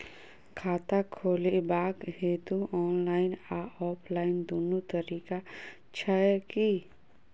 खाता खोलेबाक हेतु ऑनलाइन आ ऑफलाइन दुनू तरीका छै की?